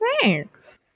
Thanks